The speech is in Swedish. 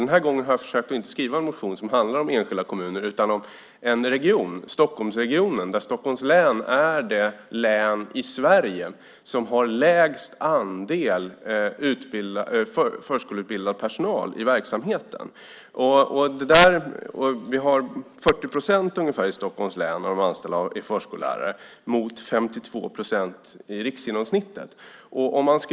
Den här gången har jag försökt att skriva en interpellation som inte handlar om enskilda kommuner utan om en region, om Stockholmsregionen. Stockholms län är det län i Sverige som har lägsta andelen förskoleutbildad personal i verksamheten. Ungefär 40 procent av de anställda i Stockholms läns förskolor är förskollärare, medan riksgenomsnittet är 52 procent.